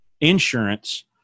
insurance